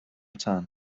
tân